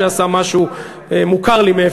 שמוכר לי,